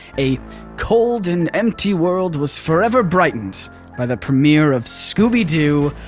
a cold and empty world was forever brightened by the premiere of scooby-doo,